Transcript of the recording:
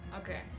Okay